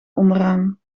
onderaan